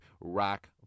rock